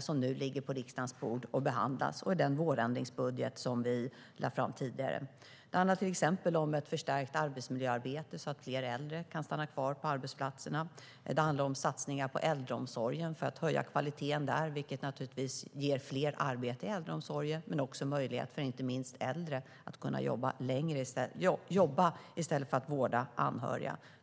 som nu ligger på riksdagens bord och som behandlas och i den vårändringsbudget som vi lade fram tidigare. Det handlar till exempel om ett förstärkt arbetsmiljöarbete så att fler äldre kan stanna kvar på arbetsplatserna. Det handlar om satsningar på äldreomsorgen för att höja kvaliteten där, vilket naturligtvis ger fler arbete inom äldreomsorgen men också en möjlighet för inte minst äldre att kunna jobba i stället för att vårda anhöriga.